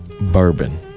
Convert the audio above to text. bourbon